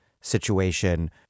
situation